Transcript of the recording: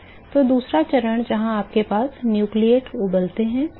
तो दूसरा चरण जहां आपके पास न्यूक्लियेट उबलते हैं